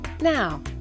Now